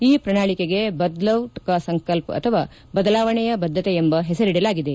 ಈ ಪ್ರಣಾಳಿಕೆಗೆ ಬದ್ಲವ್ ಕಾ ಸಂಕಲ್ಪ್ ಅಥವಾ ಬದಲಾವಣೆಯ ಬದ್ಧತೆ ಎಂಬ ಹೆಸರಿಡಲಾಗಿದೆ